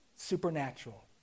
Supernatural